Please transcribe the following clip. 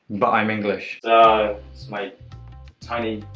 but i'm english. it's my tiny,